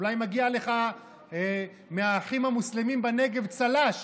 אולי מגיע לך מהאחים המוסלמים בנגב צל"ש,